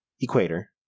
equator